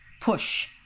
push